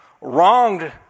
wronged